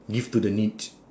give to the needs